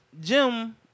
Jim